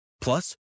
Plus